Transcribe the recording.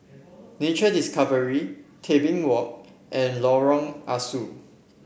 Nature Discovery Tebing Walk and Lorong Ah Soo